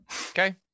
Okay